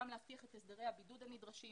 גם להבטיח את הסדרי הבידוד הנדרשים